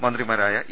മന്ത്രിമാരായ ഇ